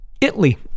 italy